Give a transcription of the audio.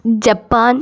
Japan